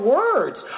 words